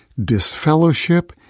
disfellowship